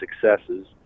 successes